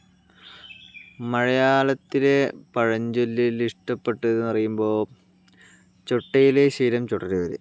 മഴയാളത്തിലെ പഴഞ്ചൊല്ലില് ഇഷ്ടപ്പെട്ടതെന്ന് പറയുമ്പോൾ ചൊട്ടയിലെ ശീലം ചുടല വരെ